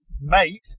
mate